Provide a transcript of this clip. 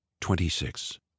Twenty-six